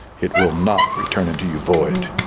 it will not return unto you void.